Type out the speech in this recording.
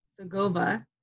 Sogova